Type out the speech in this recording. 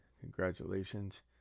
Congratulations